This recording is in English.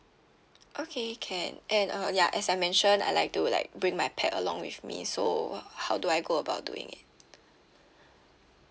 okay can and uh ya as I mention I like to like bring my pet along with me so h~ how do I go about doing it